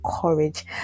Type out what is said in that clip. courage